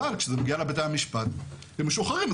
אבל כשזה מגיע לבתי המשפט הם משוחררים.